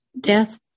Death